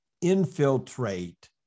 infiltrate